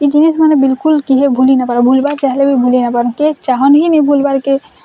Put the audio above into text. ଜିନିଷ୍ମାନେ ବିଲକୁଲ୍ କିଏ ଭୁଲି ନାଇଁ ପାରନ୍ ଭୁଲିବାର୍ ଚାହିଁଲେ ବି ଭୁଲି ନେଇଁ ପାରନ୍ କିଏ ଚାହାଁନ୍ ହିଁ ନେଇଁ ଭୁଲିବାର୍କେ